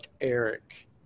Eric